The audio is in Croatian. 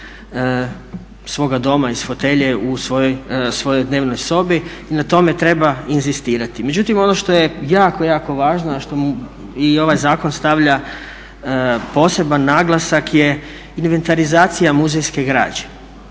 svoga doma, iz fotelje u svojoj dnevnoj sobi i na tome treba inzistirati. Međutim ono što je jako, jako važno, na što ovaj zakon stavlja poseban naglasak je inventarizacija muzejske građe.